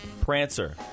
Prancer